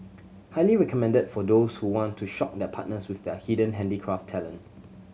highly recommended for those who want to shock their partners with their hidden handicraft talent